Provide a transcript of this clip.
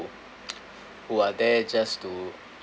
who are there just to